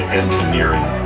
engineering